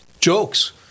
jokes